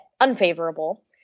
unfavorable